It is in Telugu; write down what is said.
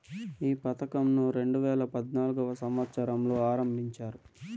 ఈ పథకంను రెండేవేల పద్నాలుగవ సంవచ్చరంలో ఆరంభించారు